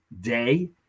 day